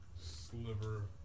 sliver